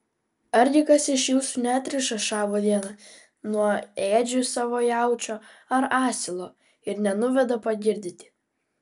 argi kas iš jūsų neatriša šabo dieną nuo ėdžių savo jaučio ar asilo ir nenuveda pagirdyti